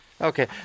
Okay